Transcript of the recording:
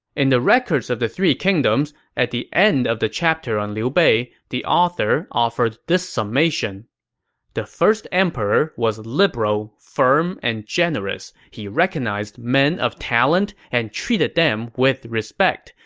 in the records of the three kingdoms, at the end of the chapter on liu bei, the author offered this summation the first emperor was liberal, firm, and generous. he recognized men of talent and treated them with respect.